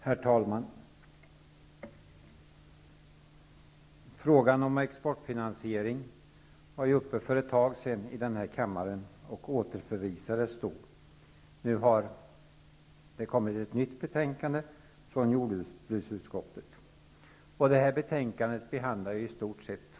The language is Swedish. Herr talman! Frågan om exportfinansiering var uppe för ett tag sedan i denna kammare och återförvisades då till jordbruksutskottet. Nu har det alltså kommit ett nytt betänkande från utskottet. I stort sett är det två motioner som behandlas i det nu aktuella betänkandet.